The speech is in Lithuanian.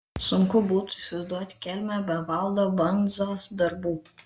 sunku būtų įsivaizduoti kelmę be valdo bandzos darbų